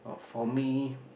for me